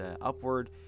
upward